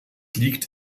liegt